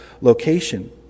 location